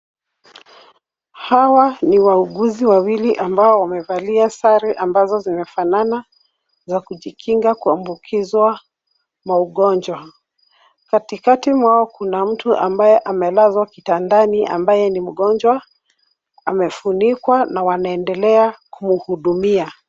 Hawa ni wauguzi Wawili ambao wamevalia sare ambazo zimefanana za kujikinga kuambukizwa maugonjwa. Katikati mwao kuna mtu amelazwa kitandani ambaye ni mgonjwa. Amefunikwa na wanaendelea kumhudumia.